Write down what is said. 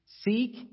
Seek